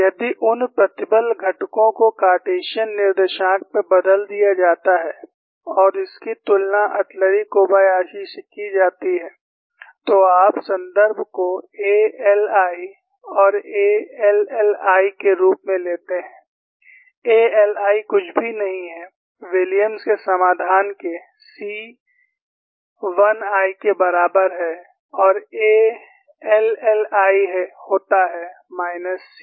यदि उन प्रतिबल घटकों को कार्टेशियन निर्देशांक में बदल दिया जाता है और इसकी तुलना अतुरी कोबायाशी से की जाती है तो आप संदर्भ को A Ii और A IIi के रूप में लेते हैं A Ii कुछ भी नहीं है विलियम्स के समाधान के C 1i के बराबर है और A IIi होता है माइनस C